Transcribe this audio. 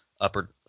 upper